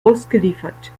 ausgeliefert